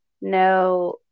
no